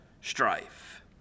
strife